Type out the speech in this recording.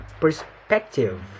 perspective